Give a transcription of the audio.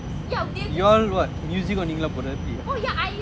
yeah you all what music